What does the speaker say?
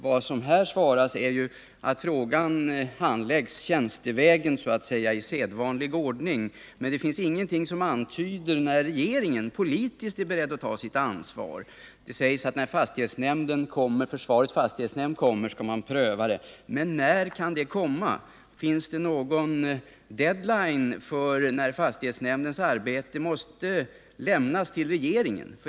Vad som här svaras är att frågan handläggs tjänstevägen, i sedvanlig ordning. Men det finns ingenting som antyder när regeringen politiskt är beredd att ta sitt ansvar. Det sägs att när försvarets fastighetsnämnds förslag kommer, skall man pröva det. Men när kan det komma? Finns det någon deadline för när fastighetsnämndens förslag måste lämnas till regeringen?